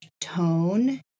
tone